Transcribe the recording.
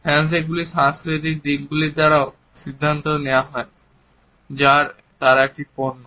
হ্যান্ডশেকগুলি সাংস্কৃতিক দিকগুলির দ্বারাও সিদ্ধান্ত নেওয়া হয় যার তারা একটি পণ্য